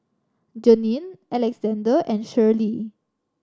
Janine Alexzander and Shirley